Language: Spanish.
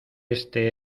este